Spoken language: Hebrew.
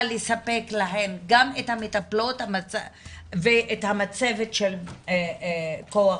לספק להם גם את המטפלות ואת המצבת של כוח,